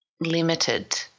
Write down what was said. limited